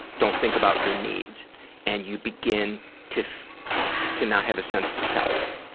don't think about your needs and you begin to to not have a sense of self.